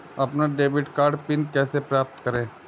अपना debit card pin कैसे प्राप्त करें?